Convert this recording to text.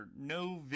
no